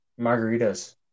margaritas